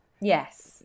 Yes